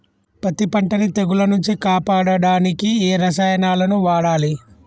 పత్తి పంటని తెగుల నుంచి కాపాడడానికి ఏ రసాయనాలను వాడాలి?